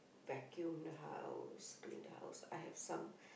vacuum the house clean the house I have some